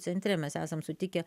centre mes esam sutikę